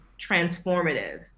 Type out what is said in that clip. transformative